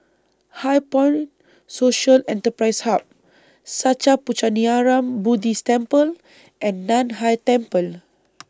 HighPoint Social Enterprise Hub Sattha Puchaniyaram Buddhist Temple and NAN Hai Temple